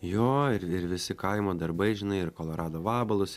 jo ir ir visi kaimo darbai žinai ir kolorado vabalus